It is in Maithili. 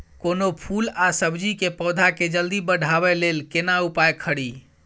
कोनो फूल आ सब्जी के पौधा के जल्दी बढ़ाबै लेल केना उपाय खरी?